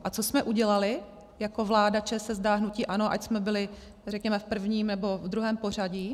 A co jsme udělali jako vláda ČSSD a hnutí ANO, ať jsme byli, řekněme, v prvním, nebo druhém pořadí?